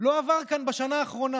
לא עבר כאן בשנה האחרונה.